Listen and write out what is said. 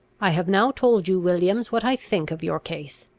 i have now told you, williams, what i think of your case.